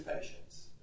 patience